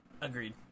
Agreed